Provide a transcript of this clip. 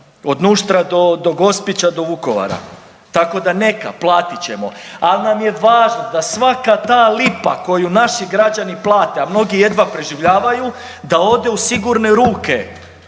od Nuštra do Gospića, do Vukovara. Tako da neka platit ćemo. Ali nam je važno da svaka ta lipa koju naši građani plate, a mnogi jedva preživljavaju da ode u sigurne ruke